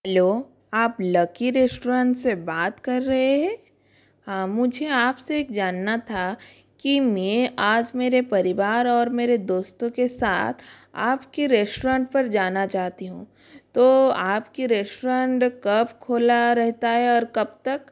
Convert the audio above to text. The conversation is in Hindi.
हलो आप लक्की रेश्ट्रान से बात कर रहे है हाँ मुझे आपसे एक जानना था कि मैं आज मेरे परिवार और मेरे दोस्तों के साथ आपके रेश्ट्रांट पर जाना चाहती हूँ तो आपके रेश्ट्रांड कब खोला रहता है और कब तक